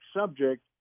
subject